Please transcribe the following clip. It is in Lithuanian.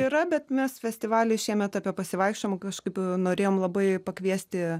yra bet mes festivaly šiemet apie pasivaikščiojimą kažkaip norėjom labai pakviesti